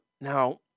Now